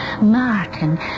Martin